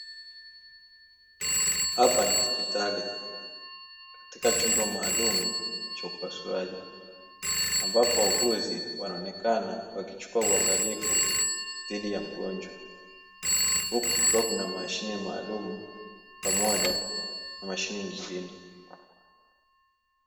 Hapa ni hospitali katika chumba maalumu cha upasuaji, ambapo wauguzi wanaonekana wakichukua uangalifu dhidi ya mgonjwa; huku kukiwa na mashine maalumu pamoja na mashine nyingine.